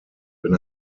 wenn